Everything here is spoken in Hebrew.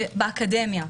באקדמיה,